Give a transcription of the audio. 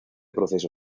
proceso